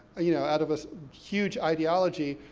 you know, out of a huge ideology,